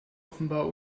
offenbar